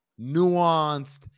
Nuanced